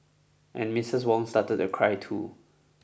and Missus Wong started to cry too